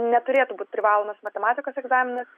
neturėtų būt privalomas matematikos egzaminas